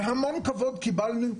בהמון כבוד קיבלנו אותם,